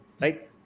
Right